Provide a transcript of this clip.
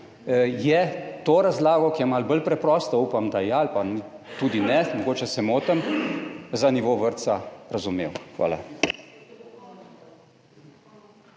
je to razlago, ki je malo bolj preprosto upam, da ja ali pa tudi ne, mogoče se motim, za nivo vrtca razumel. Hvala.